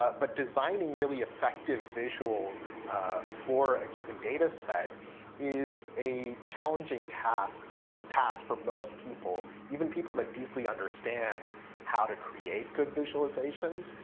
but designing really effective visuals for a given dataset is a challenging task task for most people, even people who deeply understand how to create good visualization,